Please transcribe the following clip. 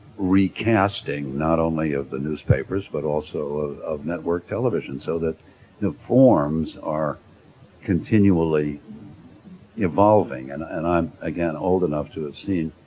recasting not only of the newspapers, but also of of network television so that the forms are continually evolving and and i'm again old enough to have seen